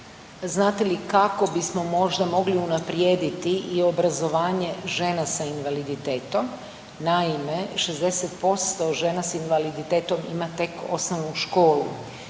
znate li kako bismo možda mogli unaprijediti i obrazovanje žena sa invaliditetom. Naime, 60% žena sa invaliditetom ima tek osnovnu školu.